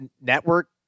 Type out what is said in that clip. network